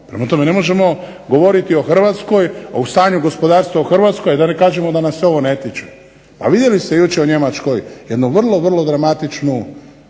Prema tome ne možemo govoriti o Hrvatskoj, o stanju gospodarstva u Hrvatskoj, da ne kažemo da nas se ovo ne tiče. Pa vidjeli ste jučer u Njemačkoj jednu vrlo, vrlo dramatičnu